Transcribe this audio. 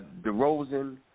DeRozan